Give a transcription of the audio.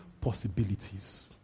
possibilities